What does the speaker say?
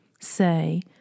say